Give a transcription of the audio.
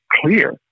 clear